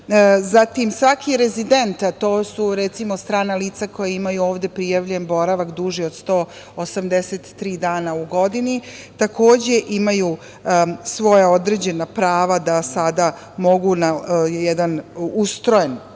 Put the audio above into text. zatim svaki rezident, a to su strana lica koja imaju ovde prijavljen boravak duži od 183 dana u godini, takođe imaju svoja određena prava da mogu na jedan ustrojen